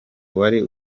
wari